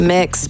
Mix